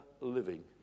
living